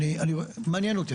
מעניין אותי.